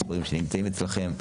מספרים שנמצאים אצלכם.